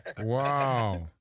Wow